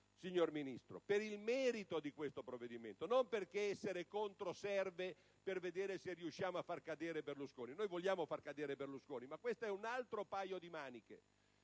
signor Ministro: per il merito di questo provvedimento, non perché essere contro serve per vedere se riusciamo a far cadere Berlusconi. Noi vogliamo far cadere Berlusconi, ma questo è un altro paio di maniche: